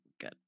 good